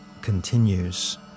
continues